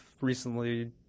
recently